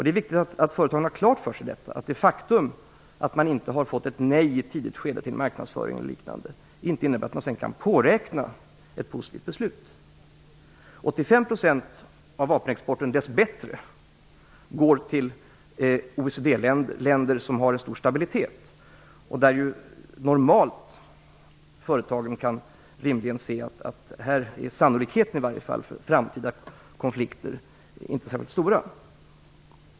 Det är viktigt att ha det klart för sig att det faktum att man inte har fått ett nej i ett skede till marknadsföring inte innebär att man kan påräkna ett positivt beslut. 85 % av vapenexporten går dess bättre till OECD-länder och länder som har en stor stabilitet och där företagen normalt rimligen kan se att sannolikheten för framtida konflikter inte är särskilt stor.